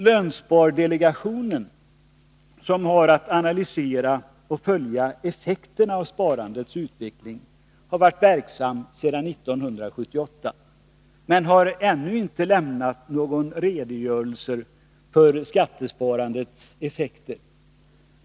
Lönspardelegationen, som har att analysera och följa effekterna av sparandets utveckling, har varit verksam sedan 1978 men har ännu inte lämnat någon redogörelse för skattesparandets effekter.